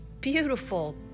beautiful